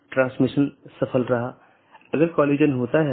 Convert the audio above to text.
तो यह पूरी तरह से मेष कनेक्शन है